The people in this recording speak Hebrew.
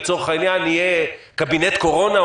לצורך העניין יהיה קבינט קורונה,